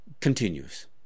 continues